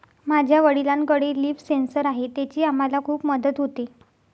माझ्या वडिलांकडे leaf sensor आहे त्याची आम्हाला खूप मदत होते